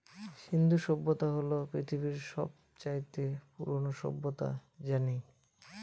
সিন্ধু সভ্যতা হল পৃথিবীর সব চাইতে পুরোনো সভ্যতা জানি